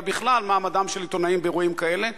אלא בכלל מעמדם של עיתונאים באירועים כאלה.